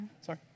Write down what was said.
Sorry